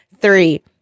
Three